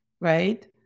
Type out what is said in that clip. right